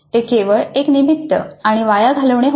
ते केवळ एक निमित्त आणि वाया घालवणे होते